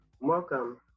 Welcome